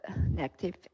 negative